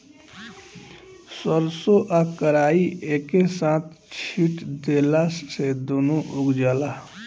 सरसों आ कराई एके साथे छींट देला से दूनो उग जाला